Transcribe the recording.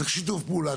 צריך שיתוף פעולה,